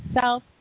South